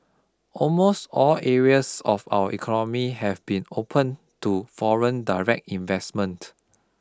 almost all areas of our economy have been opened to foreign direct investment